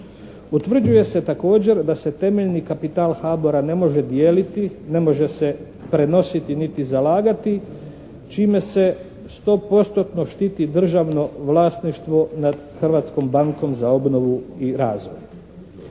Utvrđuje se također da se temeljni kapital HABOR-a ne može dijeliti, ne može se prenositi niti zalagati čime se 100% štiti državno vlasništvo nad Hrvatskog bankom za obnovu i razvoj.